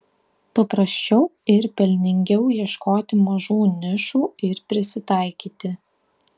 paprasčiau ir pelningiau ieškoti mažų nišų ir prisitaikyti